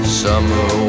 summer